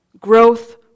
growth